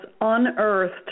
unearthed